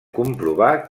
comprovar